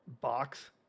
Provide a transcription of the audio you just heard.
box